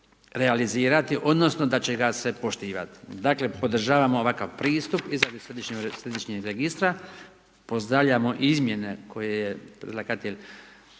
realizirati odnosno da će ga se poštivati. Dakle, podržavamo ovakav pristup i zato središnjeg registra pozdravljamo izmjene koje je